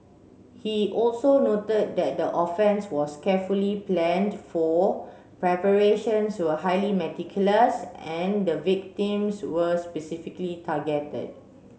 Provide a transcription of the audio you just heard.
he also noted that the offence was carefully planned for preparations were highly meticulous and the victims were specifically targeted